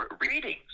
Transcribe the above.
readings